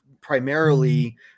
primarily